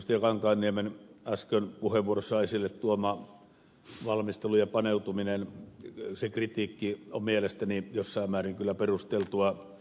kankaanniemen äsken puheenvuorossaan esille tuoma valmistelun ja paneutumisen kritiikki on mielestäni jossain määrin kyllä perusteltua